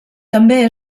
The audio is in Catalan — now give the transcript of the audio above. també